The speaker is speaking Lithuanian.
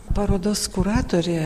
parodos kuratorė